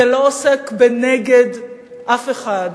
זה לא עוסק בנגד אף אחד.